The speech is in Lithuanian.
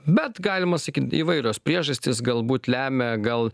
bet galima sakyt įvairios priežastys galbūt lemia gal